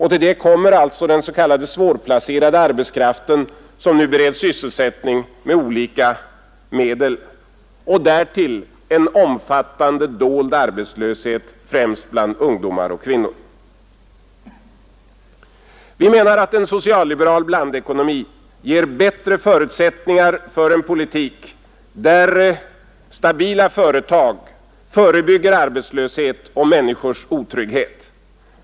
Till detta kommer alltså den s.k. svårplacerade arbetskratten, som nu bereds sysselsättning med olika medel, samt en omfattande dold arbetslöshet, främst bland ungdomar och kvinnor. Vi menar att en socialliberal blandekonomi ger bättre förutsättningar för en politik, där stabila företag förebygger arbetslöshet och människors otrygghet.